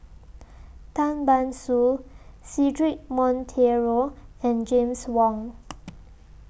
Tan Ban Soon Cedric Monteiro and James Wong